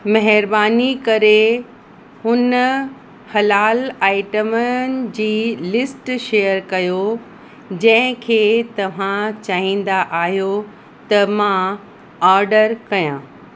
महिरबानी करे उन हलाल आइटमनि जी लिस्ट शेयर कयो जंहिं खे तव्हां चाहींदा आहियो त मां ऑर्डर कयां